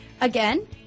Again